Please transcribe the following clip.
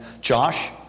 Josh